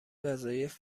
وظایف